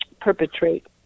perpetrate